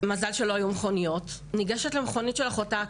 מזל שלא היו מכוניות, ניגשת למכונית של אחותה.